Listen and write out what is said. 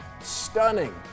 stunning